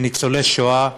שניצולי שואה,